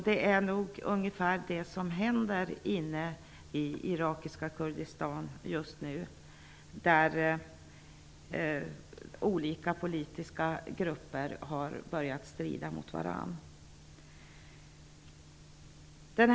Det är ungefär det som just nu händer inne i det irakiska Kurdistan. Olika politiska grupper har börjat att strida mot varandra.